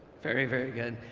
very very good.